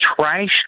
trash